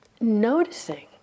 noticing